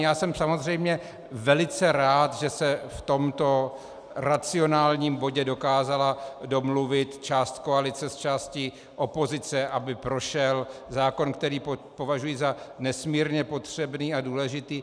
Já jsem samozřejmě velice rád, že se v tomto racionálním bodě dokázala domluvit část koalice s částí opozice, aby prošel zákon, který považuji za nesmírně potřebný a důležitý.